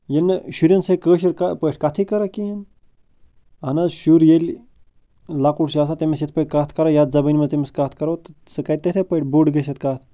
یہِ نہٕ شُرٮ۪ن سۭتۍ کٲشِر پٲٹھۍ کَتھے کرو کِہیٖنۍ آہن حظ شُر ییٚلہِ لۄکُٹ چھُ آسان تٔمِس یِتھ پٲٹھی کَتھ کَرو یَتھ زبٲنۍ منٛز تٔمِس سۭتۍ کَتھ کَرو تہٕ سُہ کَرِ تِتھے پٲٹھۍ بوٚڑ گٔژھِتھ کَتھ